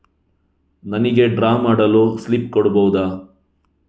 ನನಿಗೆ ಡ್ರಾ ಮಾಡಲು ಸ್ಲಿಪ್ ಕೊಡ್ಬಹುದಾ?